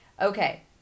Okay